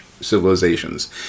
civilizations